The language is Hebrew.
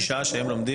56 שלומדים